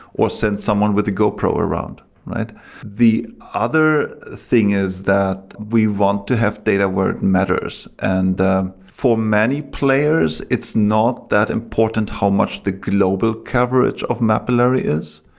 or send someone with a gopro around the other thing is that we want to have data where it matters. and for many players, it's not that important how much the global coverage of mapillary is.